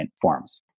forms